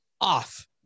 off